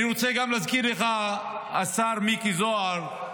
אני רוצה גם להזכיר לך, השר מיקי זוהר,